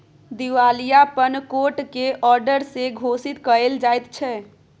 दिवालियापन कोट के औडर से घोषित कएल जाइत छइ